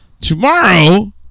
tomorrow